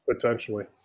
Potentially